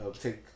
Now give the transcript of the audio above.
take